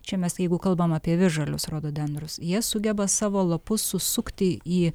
čia mes jeigu kalbam apie visžalius rododendrus jie sugeba savo lapus susukti į